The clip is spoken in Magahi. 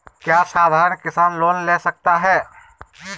क्या साधरण किसान लोन ले सकता है?